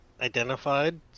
identified